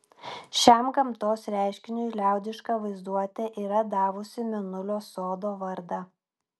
šiam gamtos reiškiniui liaudiška vaizduotė yra davusi mėnulio sodo vardą